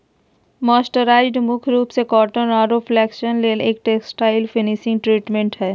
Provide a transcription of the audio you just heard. mercerised मुख्य रूप से कॉटन आरो फ्लेक्स ले एक टेक्सटाइल्स फिनिशिंग ट्रीटमेंट हई